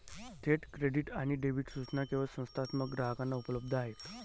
थेट क्रेडिट आणि डेबिट सूचना केवळ संस्थात्मक ग्राहकांना उपलब्ध आहेत